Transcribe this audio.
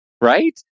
right